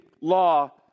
law